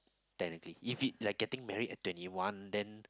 technically if it like getting married at twenty one then